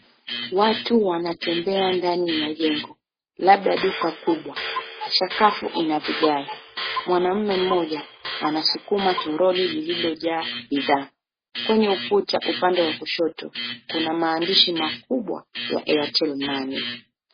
Watu wanatembea ndani ya jengo. Labda duka kubwa. Sakafu ina vigae. Mwanaume mmoja anausukuma toroli lililo jaa bidhaa. Kwenye ukuta upande wa kushoto kuna maandishi makubwa ya airtel money.